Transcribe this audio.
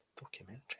Documentary